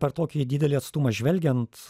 per tokį didelį atstumą žvelgiant